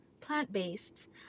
plant-based